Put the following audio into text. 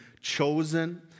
chosen